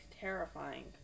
terrifying